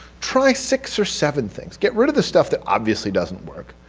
try six or seven things. get rid of the stuff that obviously doesn't work,